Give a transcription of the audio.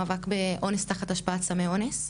מאבק באונס תחת השפעת סמי אונס.